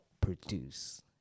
produce